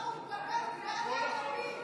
למה אתה מזלזל באנשים שלוקחים כדורים,